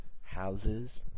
Houses